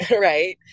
right